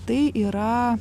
tai yra